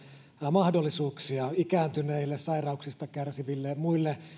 ja mahdollisuuksia ikääntyneille sairauksista kärsiville ja muille